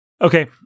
Okay